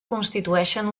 constitueixen